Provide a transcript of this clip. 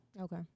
Okay